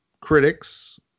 critics